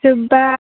जोबबा